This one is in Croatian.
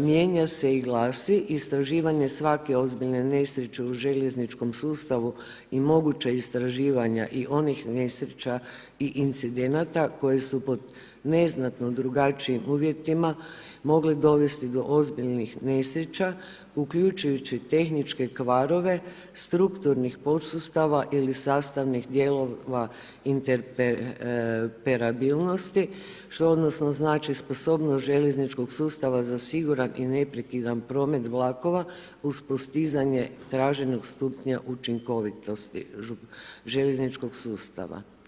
mijenja se i glasi: Istraživanje svake ozbiljne nesreće u željezničkom sustavu i moguća istraživanja i onih nesreća i incidenata koji su pod neznatno drugačijim uvjetima mogle dovesti do ozbiljnih nesreća, uključujući tehničke kvarove strukturnih podsustava ili sastavnih dijelova interperabilnosti, što odnosno znači sposobnost željezničkog sustava za siguran i neprekidan promet vlakova uz postizanje traženog stupnja učinkovitosti željezničkog sustava.